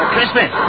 Christmas